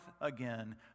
again